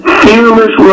fearless